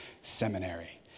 seminary